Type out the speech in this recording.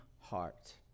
heart